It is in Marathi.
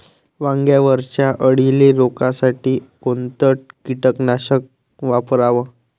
वांग्यावरच्या अळीले रोकासाठी कोनतं कीटकनाशक वापराव?